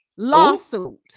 Lawsuit